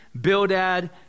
Bildad